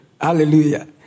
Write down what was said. Hallelujah